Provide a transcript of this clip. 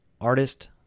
artist